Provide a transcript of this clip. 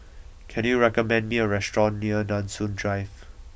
can you recommend me a restaurant near Nanson Drive